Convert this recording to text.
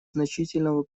значительного